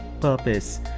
purpose